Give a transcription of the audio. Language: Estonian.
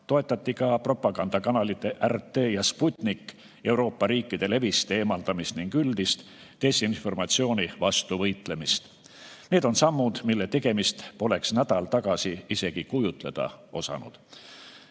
Toetati ka propagandakanalite RT ja Sputnik Euroopa riikide levist eemaldamist ning üldist desinformatsiooni vastu võitlemist. Need on sammud, mille tegemist poleks nädal tagasi isegi kujutleda osanud.